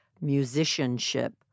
musicianship